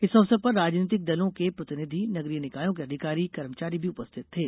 इस अवसर पर राजनीतिक दलों के प्रतिनिधि नगरीय निकायों के अधिकारी कर्मचारी भी उपस्थित थे